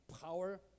power